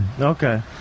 okay